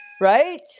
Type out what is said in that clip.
Right